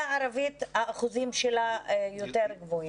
הערבית האחוזים שלה יותר גבוהים.